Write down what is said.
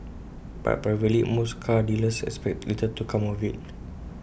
but privately most car dealers expect little to come of IT